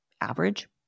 average